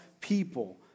people